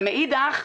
אבל מאידך,